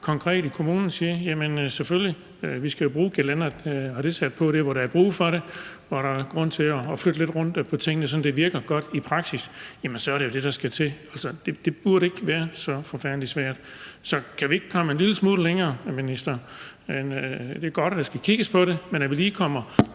jo bruge gelænderet og have det sat på der, hvor der er brug for det, og er der grund til at flytte lidt rundt på tingene, sådan at det virker godt i praksis, er det jo det, der skal til. Det burde ikke være så forfærdelig svært. Så kan vi ikke komme en lille smule længere, minister? Det er godt, at der skal kigges på det, men kan vi ikke lige komme